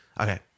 Okay